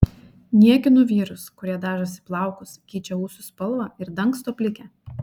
niekinu vyrus kurie dažosi plaukus keičia ūsų spalvą ir dangsto plikę